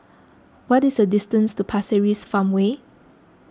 what is the distance to Pasir Ris Farmway